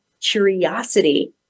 curiosity